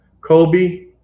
Kobe